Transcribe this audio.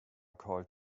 called